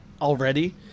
already